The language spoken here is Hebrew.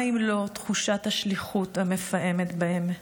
מה אם לא תחושת השליחות המפעמת בהן.